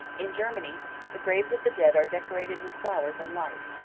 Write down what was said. in germany the graves of the dead are decorated with flowers and lights,